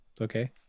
Okay